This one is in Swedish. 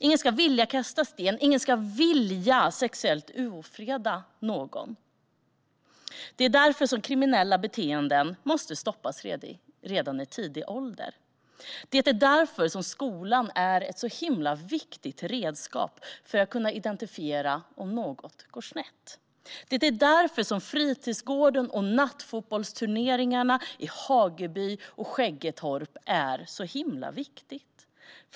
Ingen ska vilja kasta sten eller sexuellt ofreda någon. Det är därför kriminella beteenden måste stoppas redan i tidig ålder. Det är därför skolan är ett så himla viktigt redskap för att kunna identifiera om något går snett. Det är därför som fritidsgården och nattfotbollsturneringarna i Hageby och Skäggetorp är så himla viktiga.